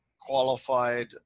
qualified